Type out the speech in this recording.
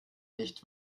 nicht